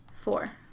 four